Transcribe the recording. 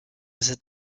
cet